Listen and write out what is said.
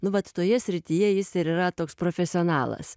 nu vat toje srityje jis ir yra toks profesionalas